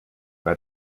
bei